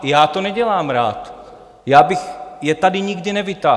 Já to nedělám rád, j á bych je tady nikdy nevytáhl.